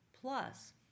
Plus